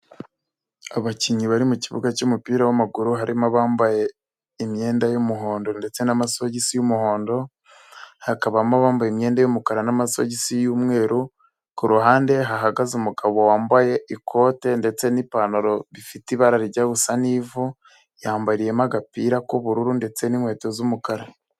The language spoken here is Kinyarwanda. Abakinnyi bari mu kibuga cy'umupira w'amaguru, harimo abambaye imyenda y'umuhondo ndetse namasogisi y'umuhondo, hakabamo abambaye imyenda y'umukara n'amasogisi y'umweru, ku ruhande hahagaze umugabo wambaye ikote ndetse n'ipantaro bifite ibara ryabusa n'ivu, yambariyemo agapira k'ubururu ndetse n'inkweto z'umukara.